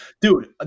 Dude